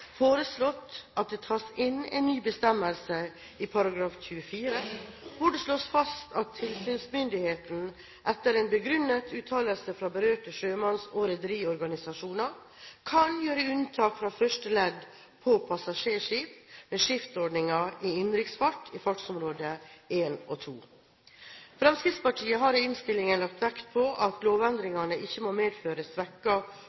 foreslått at det tas inn en ny bestemmelse i § 24, hvor det slås fast at tilsynsmyndigheten etter en begrunnet uttalelse fra berørte sjømanns- og rederiorganisasjoner kan gjøre unntak fra første ledd på passasjerskip med skiftordning i innenriks fart i fartsområde 1 og 2. Fremskrittspartiet har i innstillingen lagt vekt på at